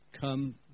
come